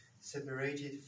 separated